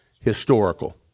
historical